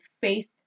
faith